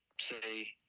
say